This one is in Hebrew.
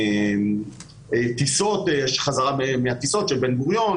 האם תהיה תשובה לגבי הרחבת תוקף בדיקות